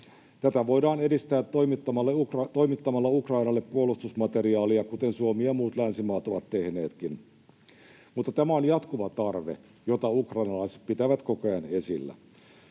Tätä voidaan edistää toimittamalla Ukrainalle puolustusmateriaalia, kuten Suomi ja muut länsimaat ovat tehneetkin, mutta tässä on jatkuva tarve, jota ukrainalaiset pitävät koko ajan esillä.